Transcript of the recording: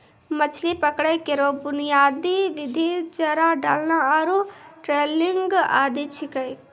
मछरी पकड़ै केरो बुनियादी विधि चारा डालना आरु ट्रॉलिंग आदि छिकै